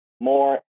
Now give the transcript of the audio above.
more